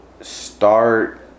start